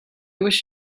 wish